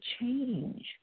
change